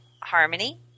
harmony